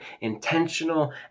intentional